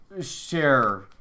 share